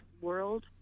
world